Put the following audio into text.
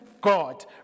God